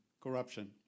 corruption